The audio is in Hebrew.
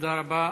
תודה רבה.